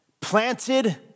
Planted